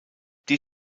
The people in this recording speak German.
die